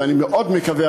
ואני מאוד מקווה,